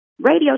Radio